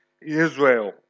Israel